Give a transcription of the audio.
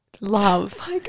love